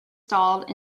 stalled